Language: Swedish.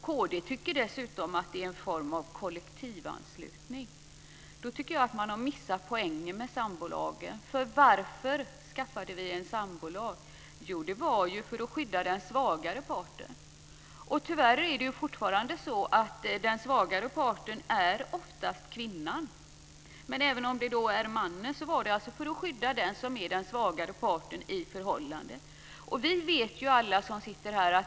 Kd tycker dessutom att lagen bygger på en form av kollektivanslutning. Då har man missat poängen med sambolagen. Varför skaffade vi en sambolag? Jo, för att skydda den svagare parten. Tyvärr är fortfarande ofta kvinnan den svagare parten. Även om det skulle vara mannen kom lagen till för att skydda den svagare parten i förhållandet.